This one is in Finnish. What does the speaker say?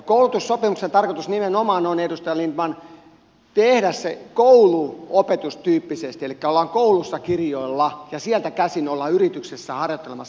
koulutussopimuksen tarkoitus nimenomaan on edustaja lindtman tehdä se kouluopetustyyppisesti elikkä ollaan koulussa kirjoilla ja sieltä käsin ollaan yrityksessä harjoittelemassa työpaikkaan